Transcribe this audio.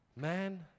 man